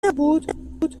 نبود